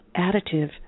additive